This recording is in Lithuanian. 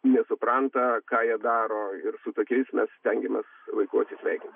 nesupranta ką jie daro ir su tokiais mes stengiamės laiku atsisveikint